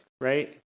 right